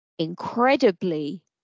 incredibly